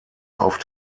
auf